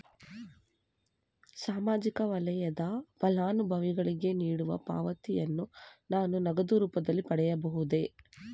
ಸಾಮಾಜಿಕ ವಲಯದ ಫಲಾನುಭವಿಗಳಿಗೆ ನೀಡುವ ಪಾವತಿಯನ್ನು ನಾನು ನಗದು ರೂಪದಲ್ಲಿ ಪಡೆಯಬಹುದೇ?